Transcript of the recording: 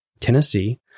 Tennessee